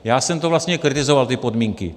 Já jsem vlastně kritizoval ty podmínky.